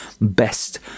best